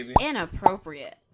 Inappropriate